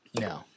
No